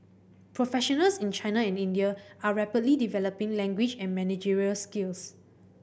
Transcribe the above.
professionals in China and India are rapidly developing language and managerial skills